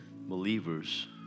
believers